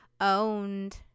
owned